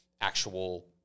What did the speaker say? actual